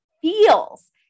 feels